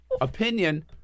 Opinion